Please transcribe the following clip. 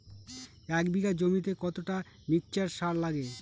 এক বিঘা জমিতে কতটা মিক্সচার সার লাগে?